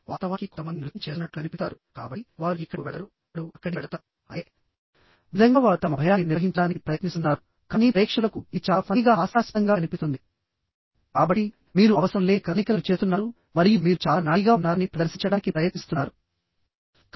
వాస్తవానికి కొంతమంది నృత్యం చేస్తున్నట్లు కనిపిస్తారు కాబట్టి వారు ఇక్కడకు వెళతారు వారు అక్కడికి వెళతారు అదే విధంగా వారు తమ భయాన్ని నిర్వహించడానికి ప్రయత్నిస్తున్నారు కానీ ప్రేక్షకులకు ఇది చాలా ఫన్నీగా హాస్యాస్పదంగా కనిపిస్తుంది కాబట్టి మీరు అవసరం లేని కదలికలను చేస్తున్నారు మరియు మీరు చాలా నాడీగా ఉన్నారని ప్రదర్శించడానికి ప్రయత్నిస్తున్నారు